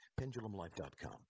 PendulumLife.com